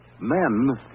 Men